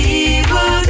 evil